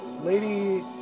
Lady